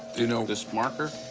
you know this marker?